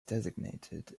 designated